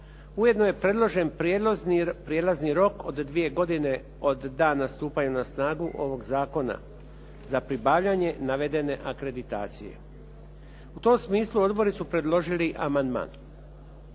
Ujedno je predložen prijelazni rok od dvije godine od dana stupanja na snagu ovog zakona za pribavljanje navedene akreditacije. U tom smislu odbori su predloži amandman.